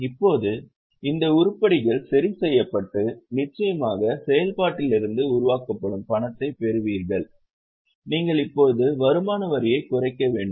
இப்போது இந்த உருப்படிகள் சரிசெய்யப்பட்டு நிச்சயமாக செயல்பாட்டிலிருந்து உருவாக்கப்படும் பணத்தைப் பெறுவீர்கள் நீங்கள் இப்போது வருமான வரியைக் குறைக்க வேண்டும்